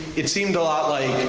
it seemed a lot like